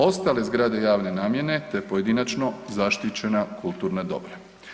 Ostale zgrade javne namjene te pojedinačno, zaštićena kulturna dobra.